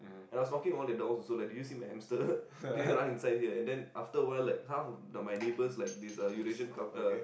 and I was knocking all the doors like did you see my hamster did it run inside here then after a while like some of my neighbour like this Eurasian couple uh